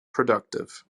productive